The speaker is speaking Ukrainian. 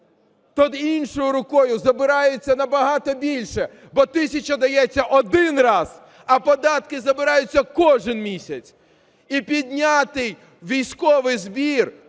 то іншою рукою забирається набагато більше, бо тисяча дається один раз, а податки забираються кожен місяць. І підняти військовий збір